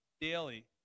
daily